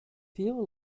feel